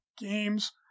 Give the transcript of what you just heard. games